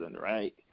right